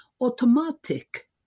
automatic